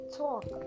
talk